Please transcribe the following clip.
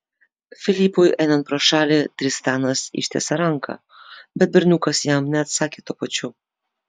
filipui einant pro šalį tristanas ištiesė ranką bet berniukas jam neatsakė tuo pačiu